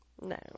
No